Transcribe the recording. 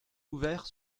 ouvert